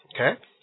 Okay